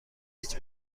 هیچ